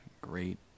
Great